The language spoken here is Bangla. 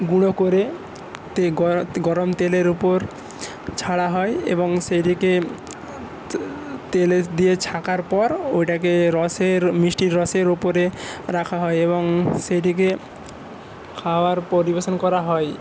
গুঁড়ো করে গরম তেলের উপর ছাড়া হয় এবং সেটিকে তেল দিয়ে এবং ছাকার পর এটাকে মিষ্টির রসের উপর রাখা হয় এবং সেটিকে খাওয়ার পরিবেশন করা হয়